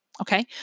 Okay